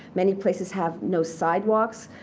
many places have no sidewalks.